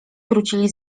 wrócili